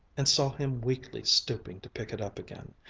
and saw him weakly stooping to pick it up again.